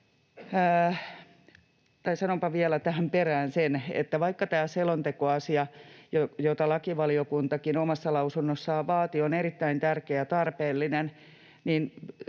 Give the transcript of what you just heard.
Sanonpa vielä tähän perään sen, että vaikka tämä selontekoasia, jota lakivaliokuntakin omassa lausunnossaan vaati, on erittäin tärkeä ja tarpeellinen,